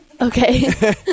Okay